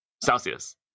Celsius